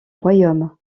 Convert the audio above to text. royaume